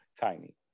Tiny